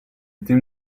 team